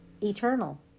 eternal